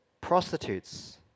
prostitutes